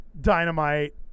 Dynamite